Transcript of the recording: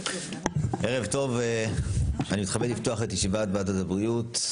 ערב טוב, אני מתכבד לפתוח את ישיבת ועדת הבריאות.